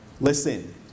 listen